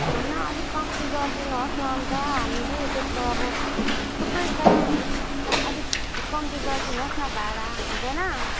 न अलिक कम्ती गरिदिनु होस् न अन्त हामीहरू त्यत्रो अब थुप्रै छ होइन अन्त अलिक कम्ती गरिदिनु होस् न भाडा हुँदैन